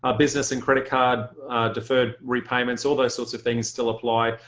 ah business and credit card deferred repayments, all those sorts of things. still apply.